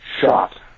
shot